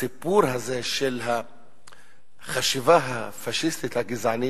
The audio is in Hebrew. הסיפור הזה של החשיבה הפאשיסטית הגזענית,